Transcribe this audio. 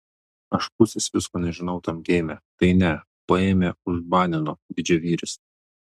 aš pusės visko nežinau tam geime tai ne paėmė užbanino didžiavyris